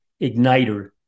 igniter